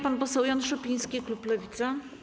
Pan poseł Jan Szopiński, klub Lewica.